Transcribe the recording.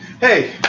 Hey